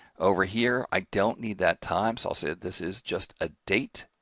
over here, i don't need that time so i'll say this is just a date,